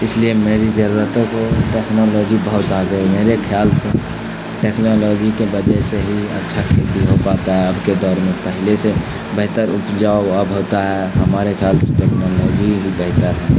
اس لیے میری ضرورتوں کو ٹیکنالوجی بہت آگے میرے خیال سے ٹیکنالوجی کے وجہ سے ہی اچھا کھیتی ہو پاتا ہے اب کے دور میں پہلے سے بہتر اپجاؤ اب ہوتا ہے ہمارے خیال سے ٹیکنالوجی ہی بہتر ہے